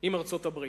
עם ארצות-הברית.